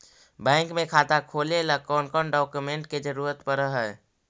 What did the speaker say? Bank में खाता खोले ल कौन कौन डाउकमेंट के जरूरत पड़ है?